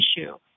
issue